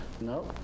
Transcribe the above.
No